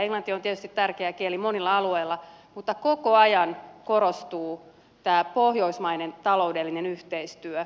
englanti on tietysti tärkeä kieli monilla alueilla mutta koko ajan korostuu pohjoismainen taloudellinen yhteistyö